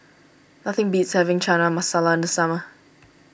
nothing beats having Chana Masala in the summer